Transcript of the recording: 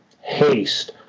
Haste